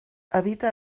habita